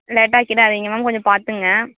லேட்டாக்கிடாதீங்க ma'am கொஞ்சம் பார்த்துங்க